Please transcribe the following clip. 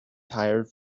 tired